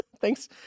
Thanks